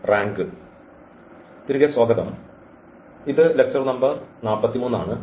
തിരികെ സ്വാഗതം ഇത് ലെക്ച്ചർ നമ്പർ 43 ആണ്